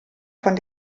von